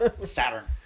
Saturn